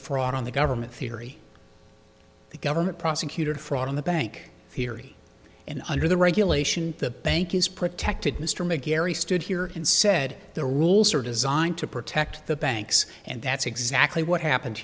fraud on the government theory the government prosecutor fraud in the bank theory and under the regulation the bank is protected mr mcgarry stood here and said the rules are designed to protect the banks and that's exactly what happened